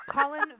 Colin